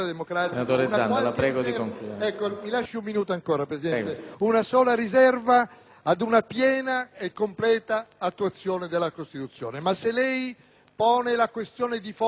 ad una piena e completa attuazione della Costituzione. Tuttavia, se lei pone la questione di fondo e vuole ricercare un compito più alto del Ministro di giustizia, allora le